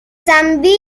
zambia